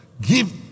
Give